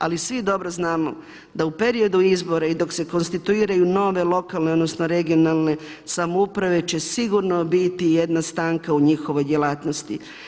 Ali svi dobro znamo da u periodu izbora i dok se konstituiraju nove lokalne odnosno regionalne samouprave će sigurno biti jedna stanka u njihovoj djelatnosti.